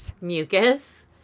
Mucus